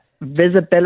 visibility